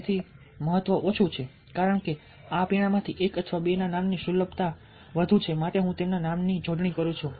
તેથી મહત્વ ઓછું છે કારણ કે આ પીણામાંથી એક અથવા બેના નામની સુલભતા વધુ છે માટે હું તેમના નામની જોડણી કરું છું